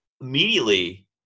Immediately